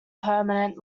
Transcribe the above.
permanent